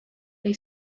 they